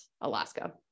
Alaska